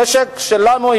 למשק שלנו,